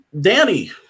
Danny